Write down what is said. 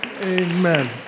Amen